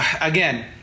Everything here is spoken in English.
again